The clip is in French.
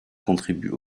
contribuent